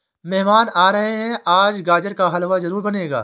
मेहमान आ रहे है, आज गाजर का हलवा जरूर बनेगा